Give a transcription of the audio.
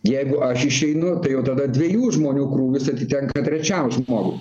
jeigu aš išeinu tai jau tada dviejų žmonių krūvis atitenka trečiam žmogui